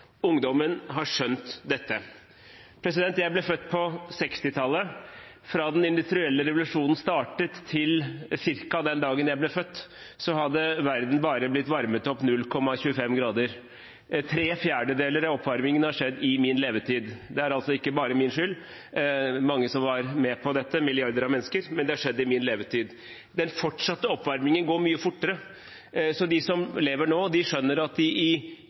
Ungdommen har skjønt dette. Jeg ble født på 1960-tallet. Fra den industrielle revolusjonen startet til ca. den dagen jeg ble født, hadde verden bare blitt varmet opp 0,25 grader. Tre fjerdedeler av oppvarmingen har skjedd i min levetid. Det er ikke bare min skyld – det er mange som har vært med på dette, milliarder av mennesker – men det har altså skjedd i min levetid. Den fortsatte oppvarmingen går mye fortere, så mange av dem som lever nå, skjønner at de tidlig i